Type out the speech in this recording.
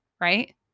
right